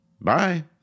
Bye